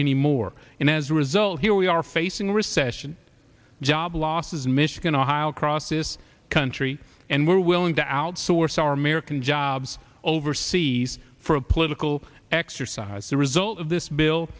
anymore and as a result here we are facing a recession job losses in michigan ohio across this country and we're willing to outsource our american jobs overseas for a political exercise the result of this bill